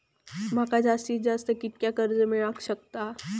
माका जास्तीत जास्त कितक्या कर्ज मेलाक शकता?